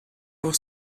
pour